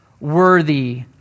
worthy